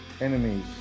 enemies